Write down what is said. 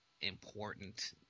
important